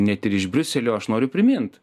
net iš briuselio aš noriu primint